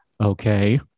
okay